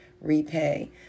repay